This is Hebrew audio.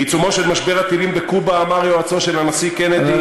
בעיצומו של משבר הטילים בקובה אמר יועצו של הנשיא קנדי,